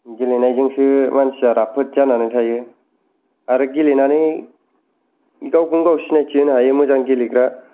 गेलेनायजोंसो मानसिया राफोद जानानै थायो आरो गेलेनानै गावखौनो गाव सिनाइथि होनो हायो मोजां गेलेग्रा